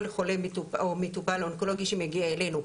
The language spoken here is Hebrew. חולה או מטופל אונקולוגי שמגיע אלינו,